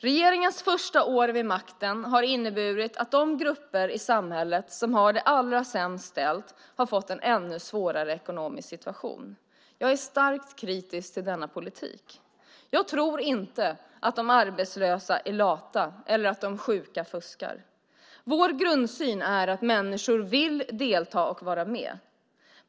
Regeringens första år vid makten har inneburit att de grupper i samhället som har det allra sämst ställt har fått en ännu svårare ekonomisk situation. Jag är starkt kritisk till denna politik. Jag tror inte att de arbetslösa är lata eller att de sjuka fuskar. Vår grundsyn är att människor vill delta och vara med.